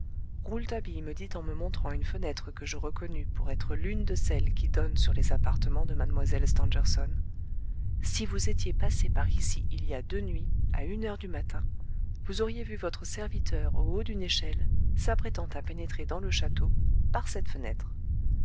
rouletabille me dit en me montrant une fenêtre que je reconnus pour être l'une de celles qui donnent sur les appartements de mlle stangerson si vous étiez passé par ici il y a deux nuits à une heure du matin vous auriez vu votre serviteur au haut d'une échelle s'apprêtant à pénétrer dans le château par cette fenêtre